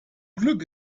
glück